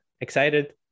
excited